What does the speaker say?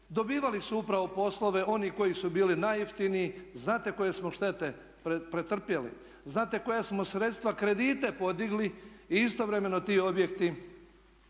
dobivali su upravo poslove oni koji su bili najjeftiniji. Znate koje smo štete pretrpjeli? Znate koja smo sredstva, kredite podigli i istovremeno ti objekti